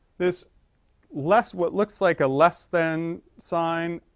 this less, what looks like a less than sign,